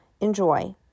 Enjoy